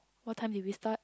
what time did we start